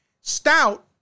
Stout